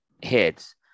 hits